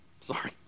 Sorry